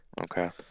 Okay